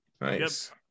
nice